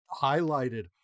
highlighted